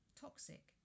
toxic